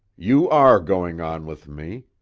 you are going on with me!